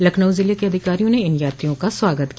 लखनऊ जिले के अधिकारियों ने इन यात्रियों का स्वागत किया